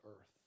earth